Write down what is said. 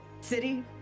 city